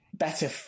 better